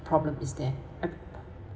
problem is there and